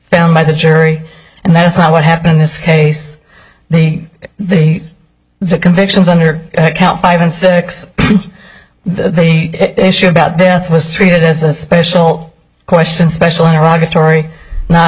found by the jury and that's not what happened in this case the the the convictions under count five and six the issue about death was treated as a special question special iraq atory not